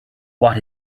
what